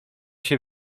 się